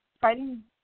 fighting